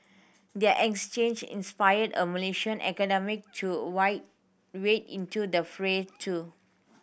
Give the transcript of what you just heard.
their exchange inspired a Malaysian academic to wide wade into the fray too